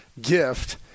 gift